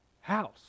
house